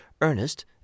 Ernest